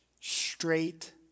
straight